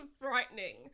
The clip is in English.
frightening